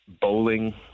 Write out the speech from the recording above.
bowling